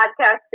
podcast